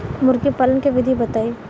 मुर्गीपालन के विधी बताई?